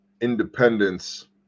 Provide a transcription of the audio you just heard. independence